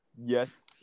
yes